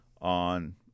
on